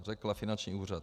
Řekla finanční úřad.